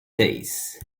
days